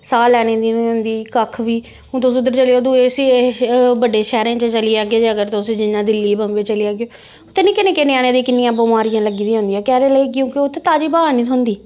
साह् लैने दी बी निं होंदी कक्ख बी तुस हून उत्थें चली जाओ बड्डे शैह्रें च चली जाह्गे अगर तुस जियां दिल्ली बम्बे चली जाह्गे उत्थें निक्के निक्के ञ्यानें गी किन्नियां बमारियां लग्गी दियां होंदियां कैह्दे लेई क्योंकि उत्थें ताजी ब्हाऽ निं थ्होंदी